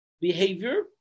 behavior